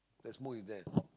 that smoke is there